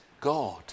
God